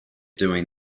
doing